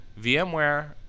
VMware